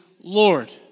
Lord